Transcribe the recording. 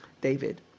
David